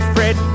Fred